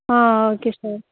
ah okay sir